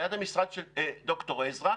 ליד המשרד של ד"ר עזרא,